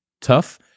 tough